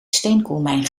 steenkoolmijn